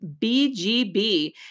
BGB